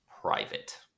private